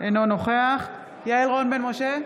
אינו נוכח יעל רון בן משה,